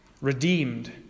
redeemed